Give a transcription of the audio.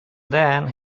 then